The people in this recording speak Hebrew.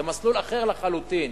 זה מסלול אחר לחלוטין.